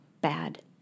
bad